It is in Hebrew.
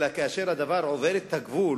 אלא שכאשר הדבר עובר את הגבול